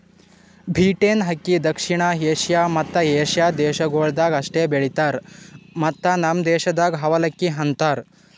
beaten ಅಕ್ಕಿ ದಕ್ಷಿಣ Asia ಮತ್ತ ಏಷ್ಯಾದ ದೇಶಗೊಳ್ದಾಗ್ ಅಷ್ಟೆ ಬೆಳಿತಾರ್ ಮತ್ತ ನಮ್ ದೇಶದಾಗ್ ಅವಲಕ್ಕಿ ಅಂತರ್